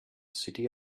city